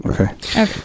Okay